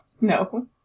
no